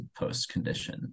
postcondition